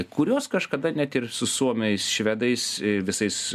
kurios kažkada net ir su suomiais švedais visais